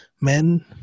Men